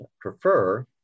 prefer